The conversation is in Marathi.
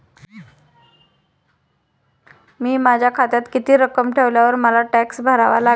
मी माझ्या खात्यात किती रक्कम ठेवल्यावर मला टॅक्स भरावा लागेल?